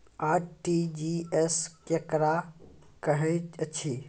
RTGS केकरा कहैत अछि?